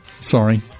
Sorry